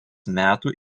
metų